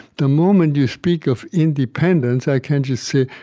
the moment you speak of independence, i can just say,